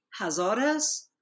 Hazaras